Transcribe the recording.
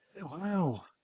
Wow